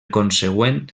consegüent